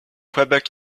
quebec